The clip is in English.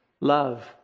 love